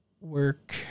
work